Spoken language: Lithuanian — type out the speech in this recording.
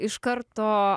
iš karto